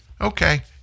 okay